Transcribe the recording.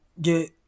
get –